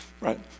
right